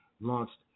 launched